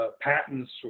Patents